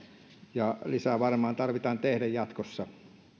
ja lisää varmaan tarvitsee tehdä jatkossa